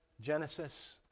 Genesis